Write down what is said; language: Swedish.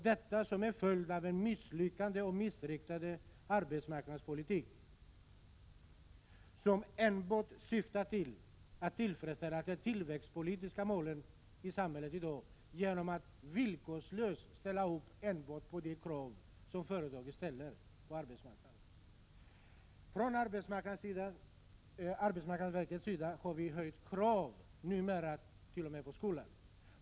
Detta är en följd av den misslyckade och missriktade arbetsmarknadspolitik som enbart syftar till att tillfredsställa de tillväxtpolitiska målen i samhället, genom att villkorslöst ställa upp enbart på de krav som företagen ställer på arbetsmarknaden. Från arbetsmarknadsverkets sida kommer numera krav t.o.m. på skolan.